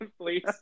Please